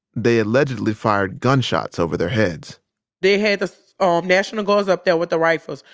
they allegedly fired gunshots over their heads they had the um national guards up there with the rifles.